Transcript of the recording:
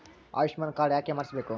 Ayushman card ಯಾಕೆ ಮಾಡಿಸಬೇಕು?